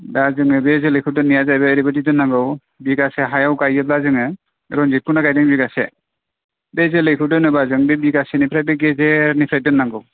दा जोङो बे जोलैखौ दोननाया जाहैबाय ओरैबादि दोननांगौ बिगासे हायाव गायोब्ला जोङो रनजिदखौनो गायदों बिगासे बे जोलैखौ दोनोबा जों बे बिगासेनिफ्राय बे गेजेरनिफ्राय दोननांगौ